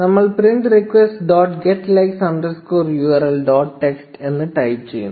നമ്മൾ print requests dot get likes underscore URL dot text എന്ന് type ചെയ്യുന്നു